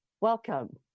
welcome